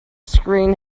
screen